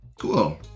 Cool